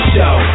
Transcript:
Show